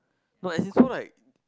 no as in so like